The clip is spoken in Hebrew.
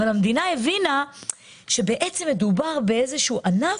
אבל המדינה הבינה שמדובר בענף,